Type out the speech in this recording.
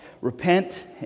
Repent